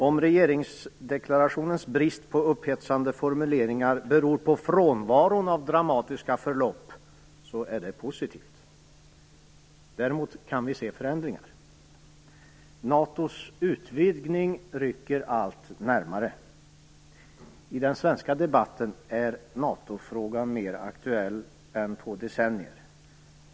Om regeringsdeklarationens brist på upphetsande formuleringar beror på frånvaron av dramatiska förlopp är det positivt. Däremot kan vi se förändringar. NATO:s utvidgning rycker allt närmare. I den svenska debatten är NATO-frågan mer aktuell än på decennier.